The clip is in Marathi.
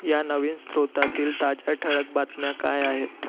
या नवीन स्रोतातील ताज्या ठळक बातम्या काय आहेत